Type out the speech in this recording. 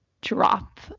drop